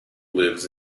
lives